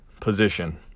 position